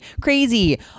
crazy